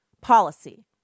policy